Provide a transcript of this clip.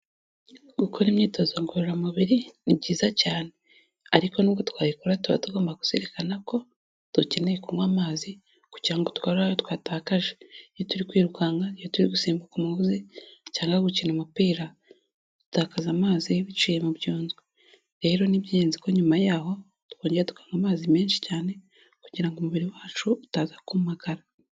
Gukora imyitozo ngororamubiri ni byiza cyane ariko n'ubwo twayikora tuba tugomba kuzirikana ko dukeneye kunywa amazi kugira ngo tugarure ayo twatakaje, iyo turi kwirukanka, iyo turi gusimbuka umugozi cyangwa gukina umupira dutakaza amazi biciye mu byunzwe, rero ni iby'ingenzi ko nyuma yaho twongera tukanywa amazi menshi cyane kugira ngo umubiri wacu utaza kumagara.